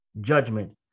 judgment